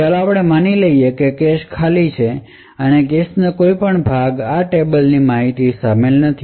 તો ચાલો પહેલા માની લઈએ કે કેશ ખાલી છે અને કેશના કોઈપણ ભાગમાં આ ટેબલની માહિતી શામેલ નથી